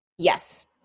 Yes